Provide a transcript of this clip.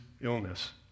illness